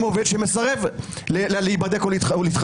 ד"ר שלמון,